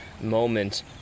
moment